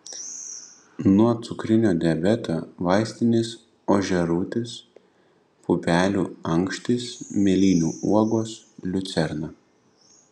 nuo cukrinio diabeto vaistinis ožiarūtis pupelių ankštys mėlynių uogos liucerna